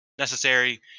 Necessary